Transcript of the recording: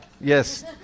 Yes